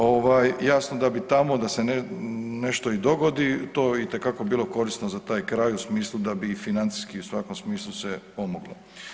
Ovaj, jasno da bi tamo, da se nešto i dogodi, to itekako bilo korisno za taj kraj u smislu da bi i financijski i u svakom smislu sve pomoglo.